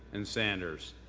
and sanders.